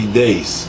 days